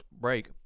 Break